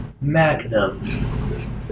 Magnum